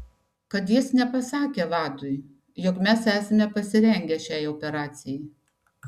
kad jis nepasakė vadui jog mes esame pasirengę šiai operacijai